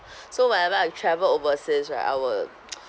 so whenever I travel overseas right I will